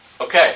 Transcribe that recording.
Okay